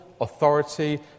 authority